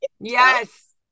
yes